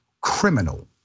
criminal